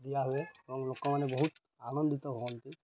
ଦିଆହୁୁଏ ଏବଂ ଲୋକମାନେ ବହୁତ ଆନନ୍ଦିତ ହୁଅନ୍ତି